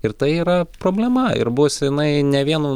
ir tai yra problema ir bus jinai ne vien